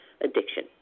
addiction